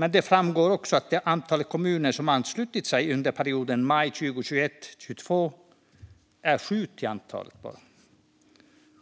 Men det framgår också att antalet kommuner som anslutit sig under perioden maj 2021 till mars 2022 bara är